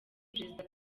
perezida